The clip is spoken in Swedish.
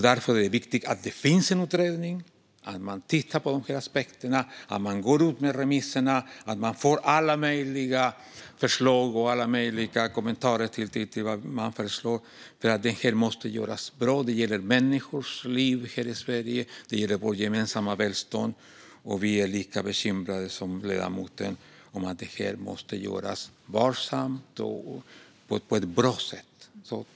Därför är det viktigt att det finns en utredning och att man tittar på de här aspekterna, går ut med remisser och får alla möjliga förslag och kommentarer till vad man föreslår. Detta måste göras bra. Det gäller människors liv här i Sverige. Det gäller människors gemensamma välstånd. Vi är lika angelägna som ledamoten om att det här görs varsamt och på ett bra sätt.